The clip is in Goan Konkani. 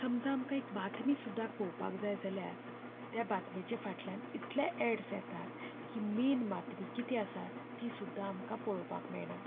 समजा आमकां एक बातमी सुद्दां पळोवपाक जाय जाल्यार त्या बातमेच्या फाटल्यान इतले ऍड्स येतात की मैन बातमी कितें आसा ती सुद्दां आमकां पळोवपाक मेळना